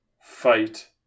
fight